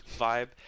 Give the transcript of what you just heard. vibe